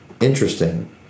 Interesting